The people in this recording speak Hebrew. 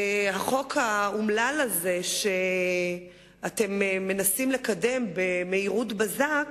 החוק האומלל הזה שאתם מנסים לקדם במהירות הבזק,